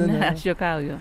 ne aš juokauju